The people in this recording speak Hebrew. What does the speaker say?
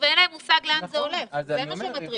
ואין להם מושג לאן זה הולך זה מה שמטריד.